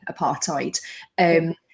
apartheid